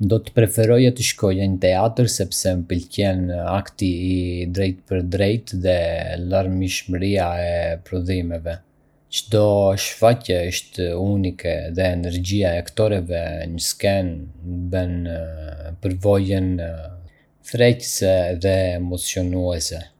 Do të preferoja të shkoja në teatër sepse më pëlqen akti i drejtpërdrejtë dhe larmishmëria e prodhimeve. Çdo shfaqje është unike, dhe energjia e aktorëve në skenë e bën përvojën tërheqëse dhe emocionuese.